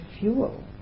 fuel